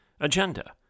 agenda